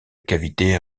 cavité